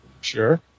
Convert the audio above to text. sure